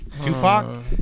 Tupac